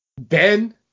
Ben